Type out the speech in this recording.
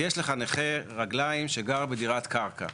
יש לך נכה רגליים שגר בדירת קרקע.